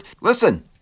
Listen